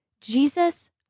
Jesus